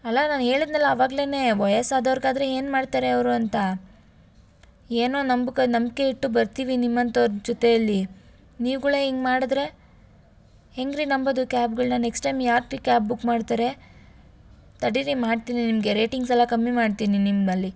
ಅಲ್ಲ ನಾನು ಹೇಳಿದ್ನಲ್ಲ ಆವಾಗ್ಲೆ ವಯಸ್ಸಾದವ್ರಿಗಾದ್ರೆ ಏನು ಮಾಡ್ತಾರೆ ಅವರು ಅಂತ ಏನೋ ನಂಬಿಕೆ ನಂಬಿಕೆ ಇಟ್ಟು ಬರ್ತೀವಿ ನಿಮ್ಮಂತವ್ರ ಜೊತೆಯಲ್ಲಿ ನೀವುಗಳೇ ಹಿಂಗ್ ಮಾಡಿದರೆ ಹೇಗ್ರಿ ನಂಬೋದು ಕ್ಯಾಬ್ಗಳನ್ನ ನೆಕ್ಸ್ಟ್ ಟೈಮ್ ಯಾರ್ರೀ ಕ್ಯಾಬ್ ಬುಕ್ ಮಾಡ್ತಾರೆ ತಡೀರಿ ಮಾಡ್ತೀನಿ ನಿಮಗೆ ರೇಟಿಂಗ್ಸ್ ಎಲ್ಲ ಕಮ್ಮಿ ಮಾಡ್ತೀನಿ ನಿಮ್ಮಲ್ಲಿ